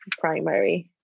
primary